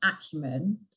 acumen